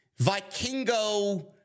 Vikingo